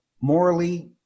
Morally